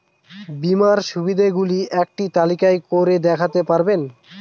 বীমার সুবিধে গুলি একটি তালিকা করে দেখাতে পারবেন?